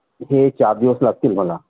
हे चार दिवस लागतील म्हणा